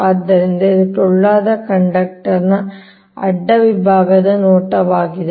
ಆದ್ದರಿಂದ ಇದು ಟೊಳ್ಳಾದ ಕಂಡಕ್ಟರ್ನ ಅಡ್ಡ ವಿಭಾಗದ ನೋಟವಾಗಿದೆ